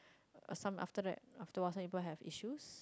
a some after that after was happen as issue